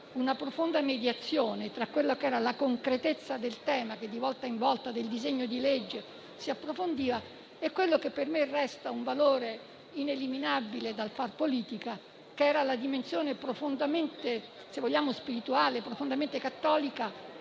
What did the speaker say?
una profonda mediazione tra quella che era la concretezza del tema del disegno di legge che di volta in volta si approfondiva e quello che per me resta un valore ineliminabile del far politica, che era la dimensione profondamente spirituale e profondamente cattolica